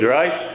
right